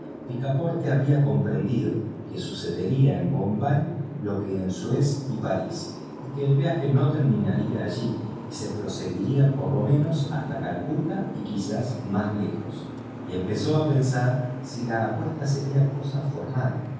picaporte había comprendido que sucedería en bombay lo que en suez y parís y que el viaje no terminaría allí y se proseguiría por lo menos hasta calcuta y quizá más lejos y empezó a pensar si la apuesta sería cosa formal